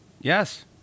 Yes